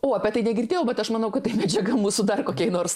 o apie tai negirdėjau bet aš manau kad tai medžiaga mūsų dar kokiai nors